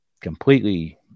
completely